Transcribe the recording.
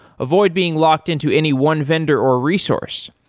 avoid being locked into any one vendor or resource.